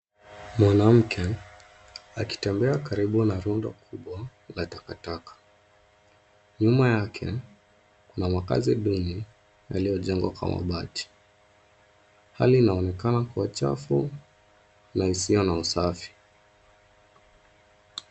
Mwanamke akitembea karibu na rundo kubwa la taka taka. Nyuma yake kuna makazi mbili yaliyojengwa kwa mabati hali inaonekana kuwa chafu na isiyo na usafi.